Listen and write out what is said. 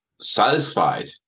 satisfied